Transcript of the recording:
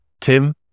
Tim